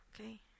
okay